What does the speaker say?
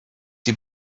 die